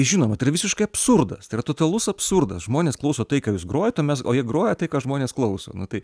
žinoma tai yra visiškai absurdas tai yra totalus absurdas žmonės klauso tai ką jūs grojat o mes o jie groja tai ką žmonės klauso nu tai